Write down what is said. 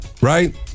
Right